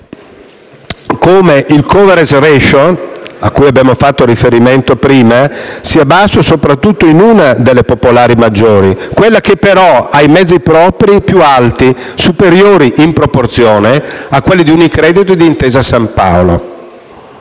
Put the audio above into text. come il *coverage ratio*, a cui abbiano fatto prima riferimento, sia basso soprattutto in una delle popolari maggiori, quella che però ha i mezzi propri più alti, superiori, in proporzione, a quelli di Unicredit e di Intesa San Paolo.